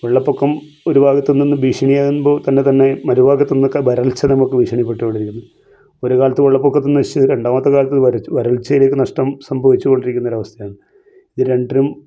വെള്ളപ്പൊക്കം ഒരു ഭാഗത്ത് നിന്ന് ഭീഷണിയാകുമ്പോൾ തന്നെ തന്നെ മറുഭാഗത്ത് നിന്ന് വരൾച്ച നമുക്ക് ഭീഷണിപ്പെട്ട് കൊണ്ടിരിക്കുന്നു ഒരു കാലത്ത് വെള്ളപ്പൊക്കത്തിൽ നശിച്ച് രണ്ടാമത്തെ കാലത്ത് വരൾച്ചയിലേക്ക് നഷ്ടം സംഭവിച്ച് കൊണ്ടിരിക്കുന്ന ഒരവസ്ഥയാണ് ഇതിന് രണ്ടിനും